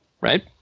right